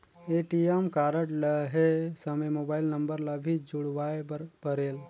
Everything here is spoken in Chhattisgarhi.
ए.टी.एम कारड लहे समय मोबाइल नंबर ला भी जुड़वाए बर परेल?